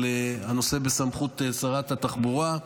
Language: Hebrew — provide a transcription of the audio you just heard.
אבל הנושא בסמכות שרת התחבורה,